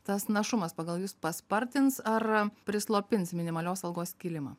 tas našumas pagal jus paspartins ar prislopins minimalios algos kilimą